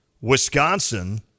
Wisconsin